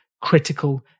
critical